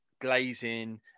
glazing